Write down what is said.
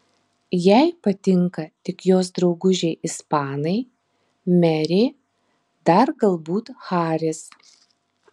jai patinka tik jos draugužiai ispanai merė dar galbūt haris